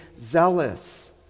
zealous